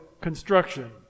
construction